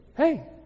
Hey